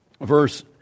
verse